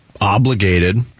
obligated